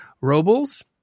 robles